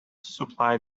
supply